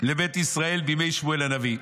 לבית ישראל בימי שמואל הנביא.